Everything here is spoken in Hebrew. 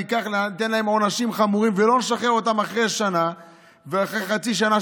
ניתן להם עונשים חמורים ולא נשחרר אותם אחרי שנה ואחרי חצי שנה,